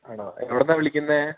ആണോ എവിടെ നിന്നാണ് വിളിക്കുന്നത്